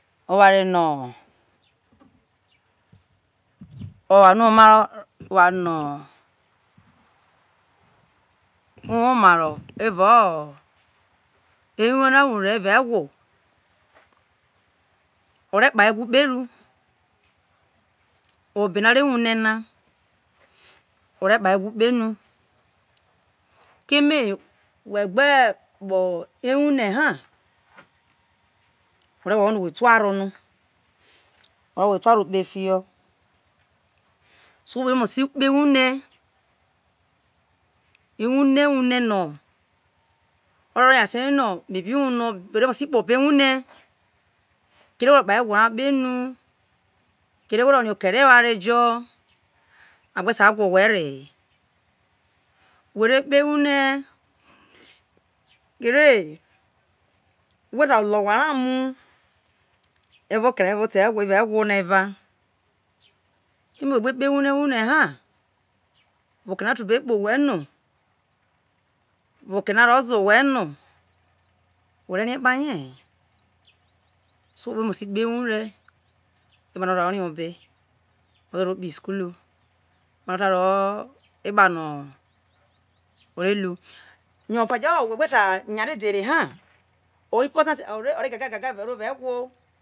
Owere no oware no ma uwuma ro evao ewora wor eva eyi ewo ore kpa ewo kpe enu one na re wune na ore kpa ewo kpe enu keme we gbo kpo ewu ne ba were nue no we thu are no or wa thu aro kpe fiho so we're mo se kpe ewune ewune wune no ore nyaze ni no me bi wune obe mere me se kpo obo wune kere we kpa egwo ra kpe enu kere were ese rie oghere eware jo agbey sai gwa owhe re he we re kpe uwune kere weta ruo oware mu eva okena evao ewo na eva ini we gbe kpe ewu ne wune ha evao oke na tu a gbe kpo wheno bo oke aro tu be kpo whe no bo oke no aro ze owhe no we re rie kpaye he so we mosi kpo ewure evao ogbe no aro rie obe wo ro ro kpe isukulu epano aro o epano were lu oyoofa jo we gbe tanya dede reha owi ipotate ore gagaga evao ewo